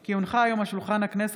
כי הונחו היום על שולחן הכנסת,